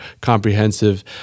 comprehensive